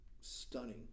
stunning